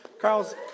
Carl's